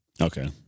Okay